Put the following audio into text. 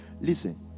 Listen